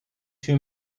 two